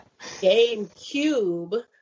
GameCube